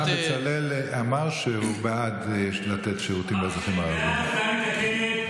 השר בצלאל אמר שהוא בעד לתת שירותים לאזרחים הערבים.